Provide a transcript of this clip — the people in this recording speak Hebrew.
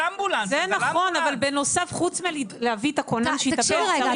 אבל בנוסף חוץ מלהביא את הכונן -- תקשיבי רגע,